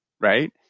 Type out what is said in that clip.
right